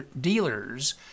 dealers